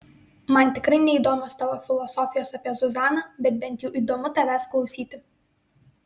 man tikrai neįdomios tavo filosofijos apie zuzaną bet bent jau įdomu tavęs klausyti